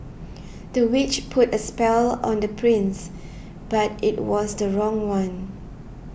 the witch put a spell on the prince but it was the wrong one